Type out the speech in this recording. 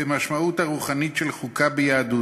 במשמעות הרוחנית של חוקה ביהדות,